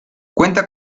cuenta